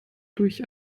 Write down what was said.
durch